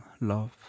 love